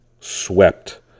swept